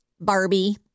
Barbie